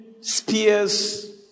spears